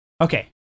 Okay